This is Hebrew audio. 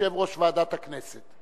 יושב-ראש ועדת הכנסת.